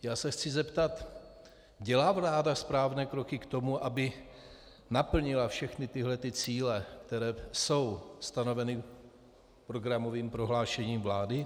Já se chci zeptat: Dělá vláda správné kroky k tomu, aby naplnila všechny cíle, které jsou stanoveny programovým prohlášením vlády?